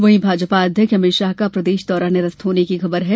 वहीं भाजपा अध्यक्ष अमित शाह का प्रदेश में धार का दौरा निरस्त होने की खबर है